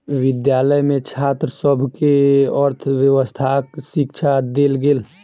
विद्यालय में छात्र सभ के अर्थव्यवस्थाक शिक्षा देल गेल